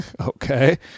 Okay